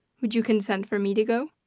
would you consent for me to go?